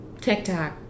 TikTok